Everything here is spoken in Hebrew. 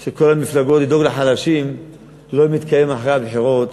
של כל המפלגות לדאוג לחלשים לא מתקיימות אחרי הבחירות,